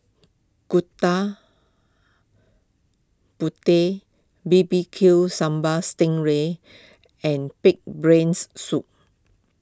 Gooda Putih B B Q Sambal Sting Ray and Pig's Brains Soup